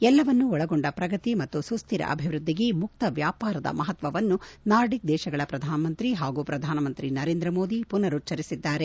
ಎಲ್ಲವನ್ನೂ ಒಳಗೊಂಡ ಪ್ರಗತಿ ಮತ್ತು ಸುಸ್ಟಿರ ಅಭಿವೃದ್ದಿಗೆ ಮುಕ್ತ ವ್ಯಾಪಾರದ ಮಹತ್ವವನ್ನು ನಾರ್ಡಿಕ್ ದೇಶಗಳ ಪ್ರಧಾನಮಂತ್ರಿ ಹಾಗೂ ಪ್ರಧಾನಮಂತ್ರಿ ನರೇಂದ್ರ ಮೋದಿ ಪುನರುಚ್ಚರಿಸಿದ್ದಾರೆ